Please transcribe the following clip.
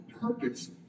purpose